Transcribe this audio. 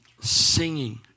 Singing